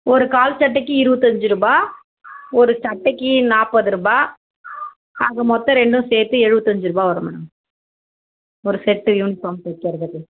ஒரு கால் சட்டைக்கு இருபத்தஞ்சிருபா ஒரு சட்டைக்கு நாற்ப்பதுருபா ஆக மொத்தம் ரெண்டும் சேர்த்து எழுபத்தஞ்சிருபா வரும் மேடம் ஒரு செட்டு யூனிஃபார்ம் தைக்கிறதுக்கு